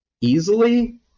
easily